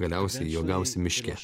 galiausiai jo gausi miške